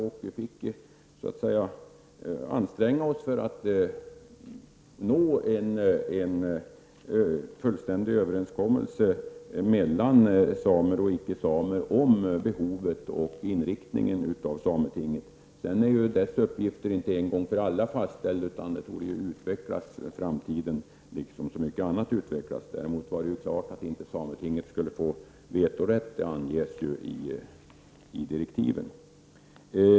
Vi som har arbetat i utredningen fick anstränga oss för att nå en fullständig överensstämmelse mellan samer och icke-samer om behovet och inriktningen av sametinget. Men sametingets uppgifter är ju inte en gång för alla fastställda, utan dessa uppgifter får utvecklas i framtiden. Däremot var det klart att sametinget inte skulle få vetorätt. Det anges ju i direktiven.